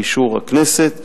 לאישור הכנסת,